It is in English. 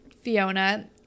Fiona